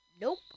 Nope